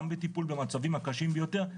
גם בטיפול במצבים הקשים ביותר,